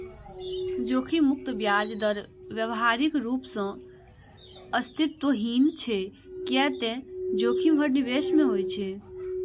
जोखिम मुक्त ब्याज दर व्यावहारिक रूप सं अस्तित्वहीन छै, कियै ते जोखिम हर निवेश मे होइ छै